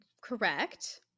Correct